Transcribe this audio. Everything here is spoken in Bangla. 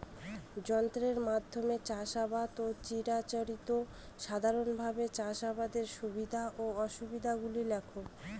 যন্ত্রের মাধ্যমে চাষাবাদ ও চিরাচরিত সাধারণভাবে চাষাবাদের সুবিধা ও অসুবিধা গুলি লেখ?